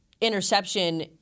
interception